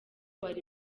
bari